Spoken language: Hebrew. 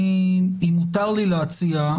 אם מותר לי להציע,